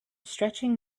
stretching